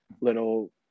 little